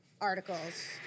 articles